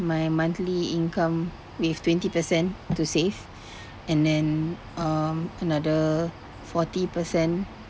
my monthly income with twenty percent to save and then um another forty percent